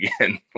again